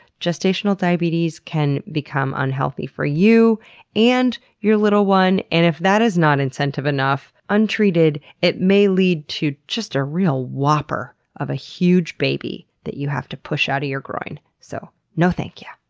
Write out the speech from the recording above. gestational diabetes can become unhealthy for you and your little one, and if that is not incentive enough, untreated it may lead to, just, a real whopper of a huge baby that you have to push out of your groin. so, no thank you.